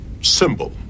symbol